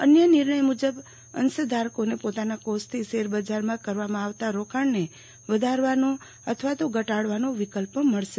અન્ય નિર્ણય મુજબ અંશધારકોને પોતાના કોષથી શેર બજારમાં કરવામાં આવતા રોકાણને વધારવાનો અથવા ઘટાડવાનો વિકલ્પ મળશે